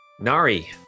Nari